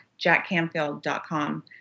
jackcanfield.com